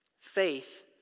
Faith